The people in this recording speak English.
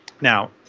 Now